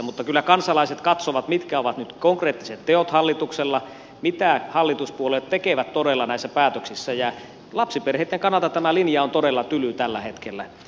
mutta kyllä kansalaiset katsovat mitkä ovat nyt konkreettiset teot hallituksella mitä hallituspuolueet tekevät todella näissä päätöksissä ja lapsiperheitten kannalta tämä linja on todella tyly tällä hetkellä